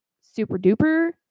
super-duper